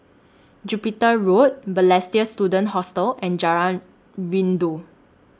Jupiter Road Balestier Student Hostel and Jalan Rindu